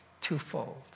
twofold